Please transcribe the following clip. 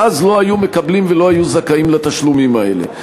שאז לא היו מקבלים ולא היו זכאים לתשלומים האלה.